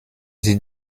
sie